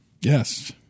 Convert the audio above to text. Yes